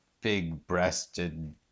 big-breasted